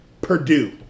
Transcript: Purdue